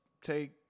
take